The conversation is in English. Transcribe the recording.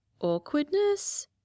awkwardness